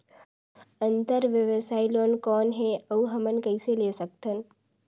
अंतरव्यवसायी लोन कौन हे? अउ हमन कइसे ले सकथन?